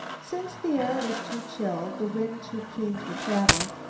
since the air was too chill, the wind too keen for travel,